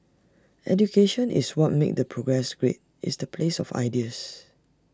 education is what makes the progress great it's the place of ideas